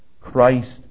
Christ